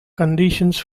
conditions